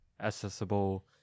accessible